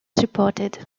supported